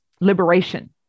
liberation